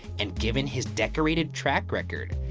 and given his decorated track record,